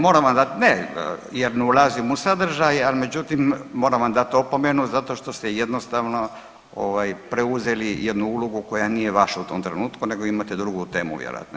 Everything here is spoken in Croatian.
Moram vam dati, ne jer ne ulazim u sadržaj, ali međutim moram vam dati opomenu zato što ste jednostavno preuzeli jednu ulogu koja nije vaša u tom trenutku nego imate drugu temu vjerojatno jel da?